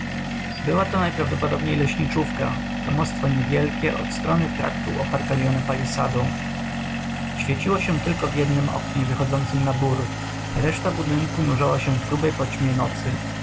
była to najprawdopodobniej leśniczówka domostwo niewielkie od strony traktu oparkanione palisadą świeciło się tylko w jednem oknie wychodzącem na bór reszta budynku nurzała się w grubej poćmie nocy